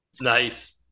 Nice